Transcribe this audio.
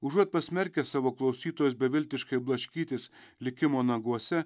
užuot pasmerkęs savo klausytojus beviltiškai blaškytis likimo naguose